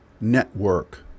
network